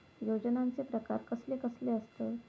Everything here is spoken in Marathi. योजनांचे प्रकार कसले कसले असतत?